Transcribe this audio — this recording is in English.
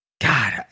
God